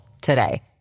today